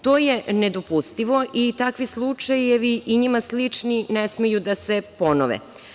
To je nedopustivo i takvi slučajevi i njima slični ne smeju da se ponove.